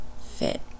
fit